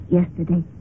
yesterday